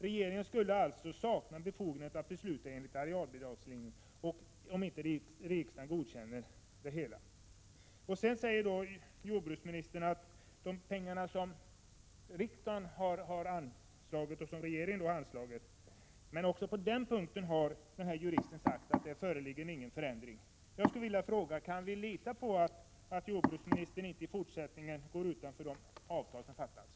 —-—-- Regeringen skulle alltså sakna befogenhet att besluta enligt arealbidragslinjen om inte riksdagen godkänner det hela.” Sedan talar jordbruksministern om de pengar som riksdagen anslagit, men också på den punkten har juristen sagt att det inte föreligger någon förändring.